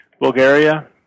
Bulgaria